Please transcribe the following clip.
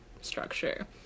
structure